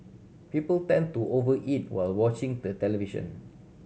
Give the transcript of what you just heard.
people tend to over eat while watching the television